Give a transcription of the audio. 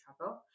trouble